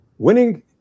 Winning